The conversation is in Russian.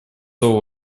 слово